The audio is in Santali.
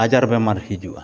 ᱟᱡᱟᱨ ᱵᱮᱢᱟᱨ ᱦᱤᱡᱩᱜᱼᱟ